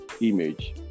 image